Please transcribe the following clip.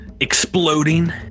Exploding